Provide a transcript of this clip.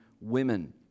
women